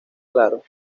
claro